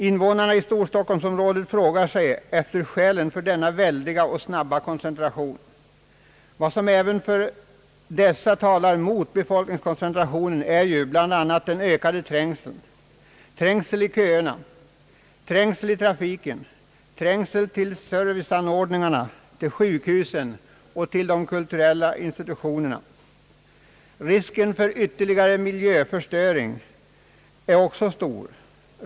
Invånarna inom storstockholmsområdet frågar efter skälen till denna stora och snabba koncentration. Vad som även för dessa talar mot befolkningskoncentrationen är bl.a. den ökade trängseln — trängseln i köerna, trängseln i trafiken, trängseln till serviceanordningarna, till sjukhusen och de kulturella institutionerna. Risken för ytterligare miljöförstöring är också stor.